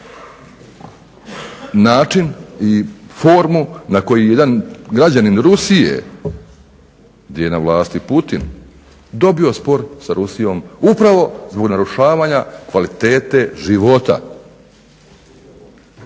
način i formu na koji je jedan građanin Rusije gdje je na vlasti Putin dobio spor sa Rusijom upravo zbog narušavanja kvalitete života.